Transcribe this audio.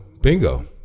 bingo